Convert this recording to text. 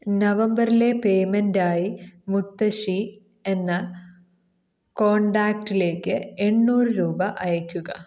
നവംബറിലെ പേയ്മെൻറ്റായി മുത്തശ്ശി എന്ന കോണ്ടാക്ടിലേക്ക് എണ്ണൂറ് രൂപ അയയ്ക്കുക